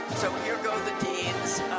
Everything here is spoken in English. so here go the deans,